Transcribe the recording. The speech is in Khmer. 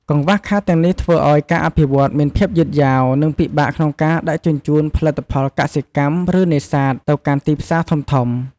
កង្វះខាតទាំងនេះធ្វើឱ្យការអភិវឌ្ឍន៍មានភាពយឺតយ៉ាវ និងពិបាកក្នុងការដឹកជញ្ជូនផលិតផលកសិកម្ម ឬនេសាទទៅកាន់ទីផ្សារធំៗ។